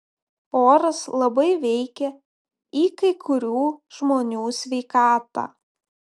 oras labai veikia į kai kurių žmonių sveikatą